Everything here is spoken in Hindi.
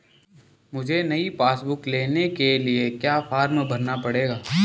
मुझे नयी पासबुक बुक लेने के लिए क्या फार्म भरना पड़ेगा?